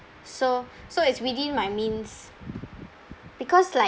so so it's within my means because like